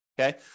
Okay